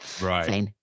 Right